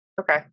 Okay